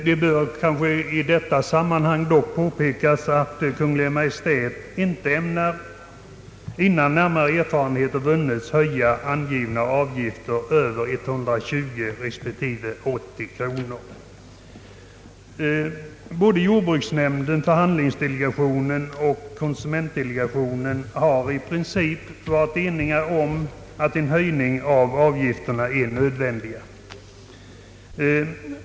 Det bör kanske i detta sammanhang dock påpekas att Kungl. Maj:t inte ämnar, innan närmare erfarenheter vunnits, höja dessa avgifter över 120 respektive 70 kronor. Både jordbrukets förhandlingsdelegation, konsumentdelegationen och jordbruksnämnden har i princip varit ense om att en höjning av avgifterna är nödvändig.